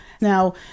Now